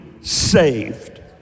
saved